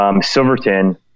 Silverton